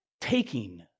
taking